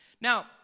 Now